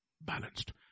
balanced